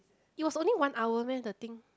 it was only one hour meh the thing